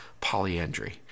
polyandry